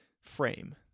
frame